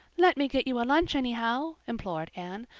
let me get you a lunch anyhow, implored anne.